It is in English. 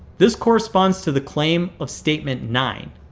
this corresponds to the claim of statement nine.